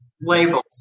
Labels